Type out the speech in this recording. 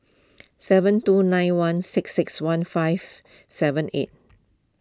seven two nine one six six one five seven eight